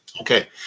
Okay